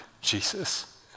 Jesus